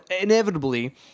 inevitably